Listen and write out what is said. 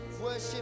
Worship